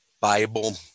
Bible